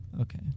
okay